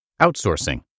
Outsourcing